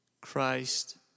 Christ